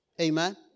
Amen